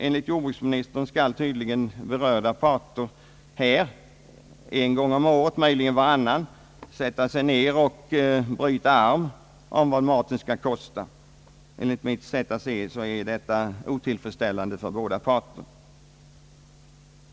Enligt jordbruksministern skall tydligen berörda parter en gång om året, eller möjligen vartannat år, sätta sig ner och »bryta arm» om vad maten skall kosta. Enligt mitt sätt att se är detta otillfredsställande för båda parter.